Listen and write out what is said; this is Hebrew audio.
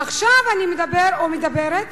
עכשיו אני מדבר, או מדברת,